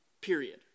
period